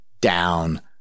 down